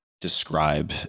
describe